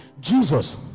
Jesus